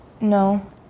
No